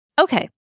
Okay